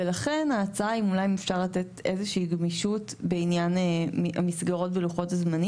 ולכן ההצעה היא אולי לתת איזו שהיא גמישות בלוחות הזמנים,